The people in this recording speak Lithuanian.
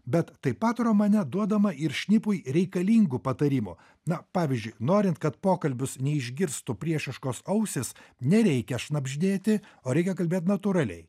bet tai pat romane duodama ir šnipui reikalingų patarimų na pavyzdžiui norint kad pokalbius neišgirstų priešiškos ausys nereikia šnabždėti o reikia kalbėt natūraliai